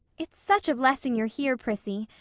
it's such a blessing you're here, prissy.